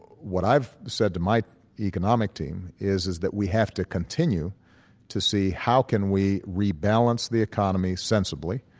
what i've said to my economic team, is is that we have to continue to see how can we rebalance the economy sensibly,